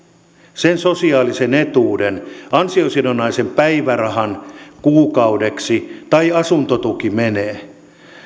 sen sosiaalisen etuuden ansiosidonnaisen päivärahan kuukaudeksi tai asuntotuki menee